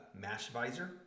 Mashvisor